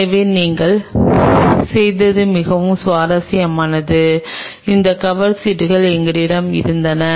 எனவே நாங்கள் செய்தது மிகவும் சுவாரஸ்யமானது இந்த கவர் சீட்டுகள் எங்களிடம் இருந்தன